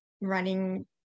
running